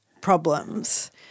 problems